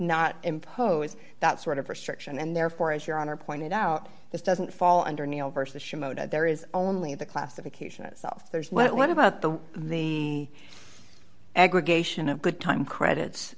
not impose that sort of restriction and therefore as your honor pointed out this doesn't fall under neil versus shimoda there is only the classification itself there's what about the the aggregation of good time credits